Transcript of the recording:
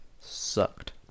sucked